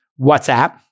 WhatsApp